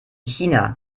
china